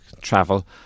travel